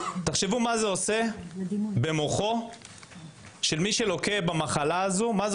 תחשבו מה זה עושה במוחו של מי שלוקה במחלה הזאת ומה זה